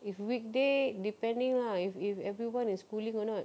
if weekday depending lah if if everyone is schooling or not